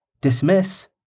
Dismiss